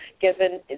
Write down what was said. given